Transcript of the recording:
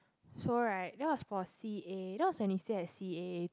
so right that was for C_A that was when we still had C_A